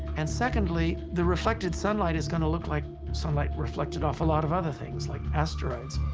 and secondly, the reflected sunlight is gonna look like sunlight reflected off a lot of other things, like asteroids.